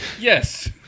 Yes